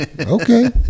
okay